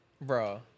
bro